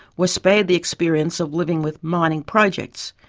were spared the experience of living with mining projects.